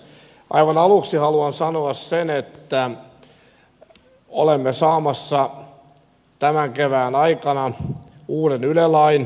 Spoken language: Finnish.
aivan aluksi haluan sanoa sen että olemme saamassa tämän kevään aikana uuden yle lain